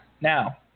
Now